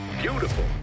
beautiful